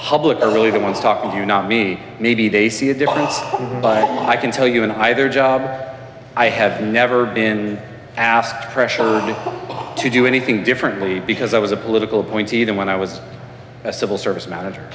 public really wants talk of you not me maybe they see a difference but i can tell you in either job i have never been asked pressured to do anything differently because i was a political appointee then when i was a civil service manager